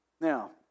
Now